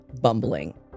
bumbling